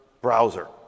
browser